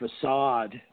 facade